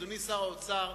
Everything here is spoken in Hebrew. אדוני שר האוצר,